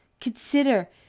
consider